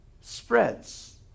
spreads